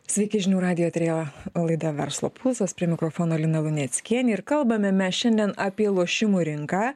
sveiki žinių radijo eteryje laida verslo pulsas prie mikrofono lina luneckienė ir kalbame mes šiandien apie lošimų rinką